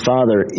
Father